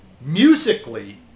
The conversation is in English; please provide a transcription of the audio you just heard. musically